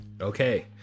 Okay